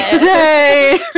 Yay